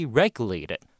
regulated